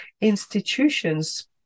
institutions